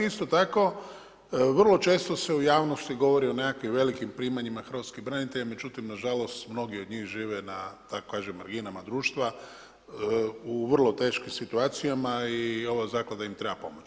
Isto tako vrlo često se u javnosti govori o nekakvim velikim primanjima hrvatskih branitelja, međutim nažalost mnogi od njih žive na tako da kažem, marginama društva u vrlo teškim situacijama i ova zaklada im treba pomoći.